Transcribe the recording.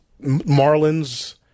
Marlins